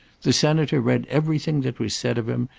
the senator read everything that was said of him,